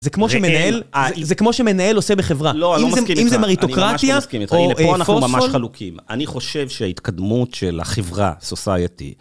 זה כמו שמנהל עושה בחברה, אם זה מריטוקרטיה או פוסטפול. פה אנחנו ממש חלוקים. אני חושב שההתקדמות של החברה, סוסייטי,